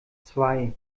zwei